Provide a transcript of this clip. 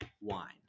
Wine